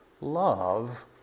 love